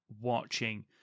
watching